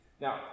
Now